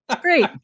great